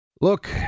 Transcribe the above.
Look